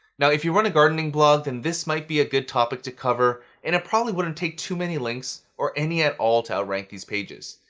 now, if you run a gardening blog then and this might be a good topic to cover and it probably wouldn't take too many links or any at all to outrank these pages.